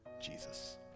Jesus